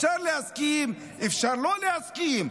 אפשר להסכים ואפשר לא להסכים,